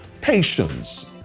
patience